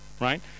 right